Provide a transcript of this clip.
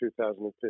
2015